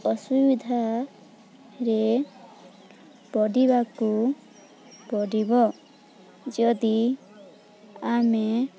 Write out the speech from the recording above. ଅସୁବିଧାରେ ପଡ଼ିବାକୁ ପଡ଼ିବ ଯଦି ଆମେ